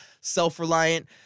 self-reliant